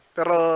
Pero